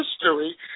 history